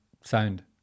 Sound